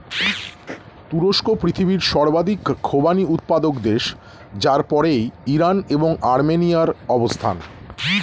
তুরস্ক পৃথিবীর সর্বাধিক খোবানি উৎপাদক দেশ যার পরেই ইরান এবং আর্মেনিয়ার অবস্থান